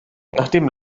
nachdem